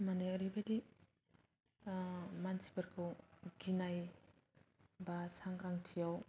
माने एरैबायदि मानसिफोरखौ गिनाय बा सांग्रांथिआव